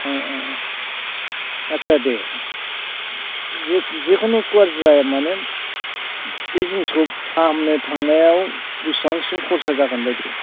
अ अ आच्सा दे जिखुनु गाज्रि जाया मानो बे जिनिसखौ फाहामनो थांनायाव बेसेबांसो खरसा जागोन बायदि